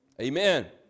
Amen